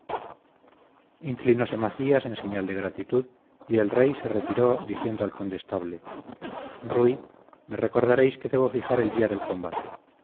inclinóse macías en señal de gratitud y el rey se retiró diciendo al condestable rui me recordaréis que debo fijar el día del combate